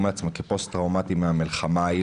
על עצמם כפוסט טראומטיים מן המלחמה ההיא,